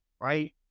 right